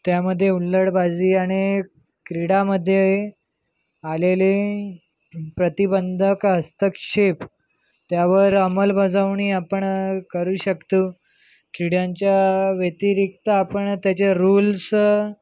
त्यामध्ये हुल्लडबाजी आणि क्रीडामध्ये आलेले प्रतिबंधक हस्तक्षेप त्यावर अंमलबजावणी आपण करू शकतो क्रीडांच्या व्यतिरिक्त आपण त्याच्या रूल्स